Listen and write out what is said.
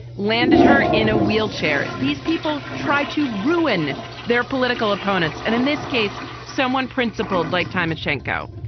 landed her in a wheelchair. these people tried to ruin their political opponents. and in this case, someone principled like time and genco.